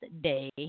day